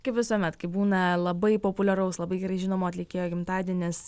kaip visuomet kai būna labai populiaraus labai gerai žinomo atlikėjo gimtadienis